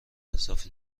اضافی